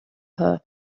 her